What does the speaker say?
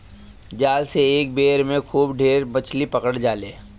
जाल से एक बेर में खूब ढेर मछरी पकड़ा जाले